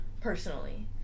personally